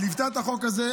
היא ליוותה את החוק הזה,